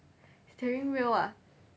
steering wheel ah